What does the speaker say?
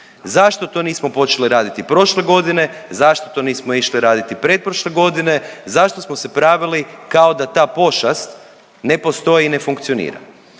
Zašto to nismo počeli raditi prošle godine, zašto to nismo išli raditi pretprošle godine, zašto smo se pravili kao da ta pošast ne postoji i ne funkcionira.